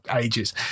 ages